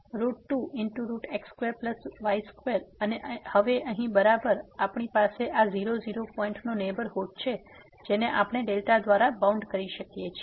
2x2y2 અને હવે અહીં બરાબર આપણી પાસે આ 00 પોઈન્ટ નો નેહબરહુડ છે જેને આપણે દ્વારા બાઉન્ડ કરી શકીએ છીએ